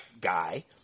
guy